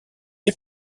est